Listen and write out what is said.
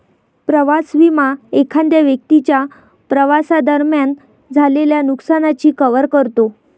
प्रवास विमा एखाद्या व्यक्तीच्या प्रवासादरम्यान झालेल्या नुकसानाची कव्हर करतो